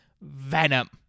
Venom